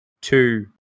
two-